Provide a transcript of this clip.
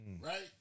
Right